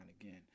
again